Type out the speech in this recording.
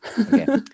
okay